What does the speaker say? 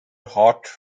hot